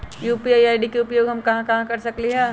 UPI ID के उपयोग हम कहां कहां कर सकली ह?